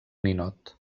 ninot